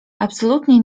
absolutnie